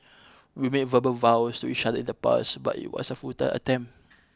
we made verbal vows to each other in the past but it was a futile attempt